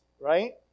right